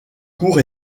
court